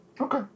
Okay